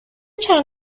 چند